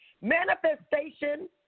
Manifestation